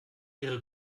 ihre